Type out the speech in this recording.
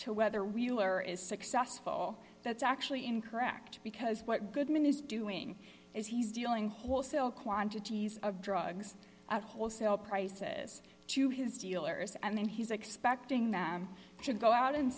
to whether realer is successful that's actually incorrect because what goodman is doing is he's dealing wholesale quantities of drugs wholesale prices to his dealers and then he's expecting them to go out and